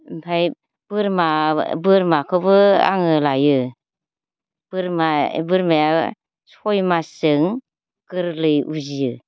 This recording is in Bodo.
ओमफाय बोरमा बोरमाखौबो आङो लायो बोरमा बोरमाया सय मासजों गोरलै उजियो